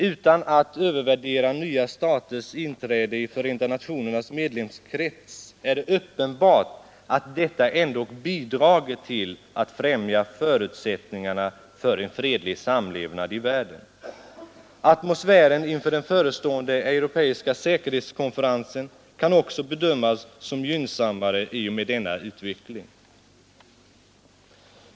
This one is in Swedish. Utan att övervärdera nya staters inträde i Förenta nationernas medlemskrets är det uppenbart att detta ändock bidrar till att främja förutsättningarna för en fredlig samlevnad i världen. Atmosfären inför den förestående europeiska säkerhetskonferensen kan också bedömas som gynnsammare i och med denna utveckling.